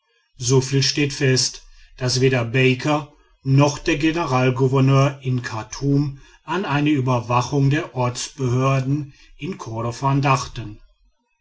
soviel steht fest daß weder baker noch der generalgouverneur in chartum an eine überwachung der ortsbehörden in kordofan dachten